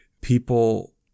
people